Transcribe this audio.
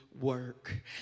work